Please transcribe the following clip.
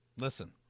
listen